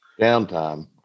downtime